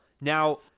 Now